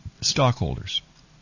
stockholders